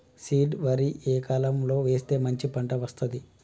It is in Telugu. సీడ్ వరి ఏ కాలం లో వేస్తే మంచి పంట వస్తది?